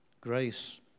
Grace